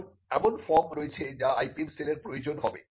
এখন এমন ফর্ম রয়েছে যা IPM সেলের প্রয়োজন হবে